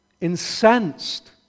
incensed